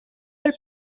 del